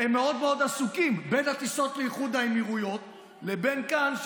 הם מאוד מאוד עסוקים בין הטיסות לאיחוד האמירויות לבין כאן,